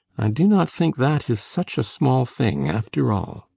i do not think that is such a small thing, after all.